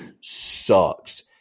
sucks